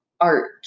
art